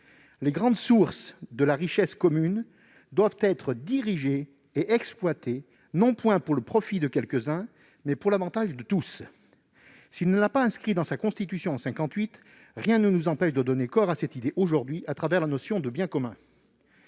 les grandes sources de la richesse commune doivent être dirigées et exploitées non point pour le profit de quelques-uns, mais pour l'avantage de tous ». S'il n'a pas inscrit ces mots dans la Constitution de 1958, rien ne nous empêche aujourd'hui de donner corps à cette idée au travers de la notion de « biens communs